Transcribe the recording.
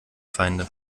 feinde